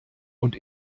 und